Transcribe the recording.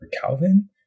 Calvin